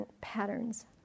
patterns